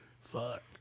fuck